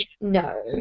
No